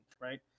right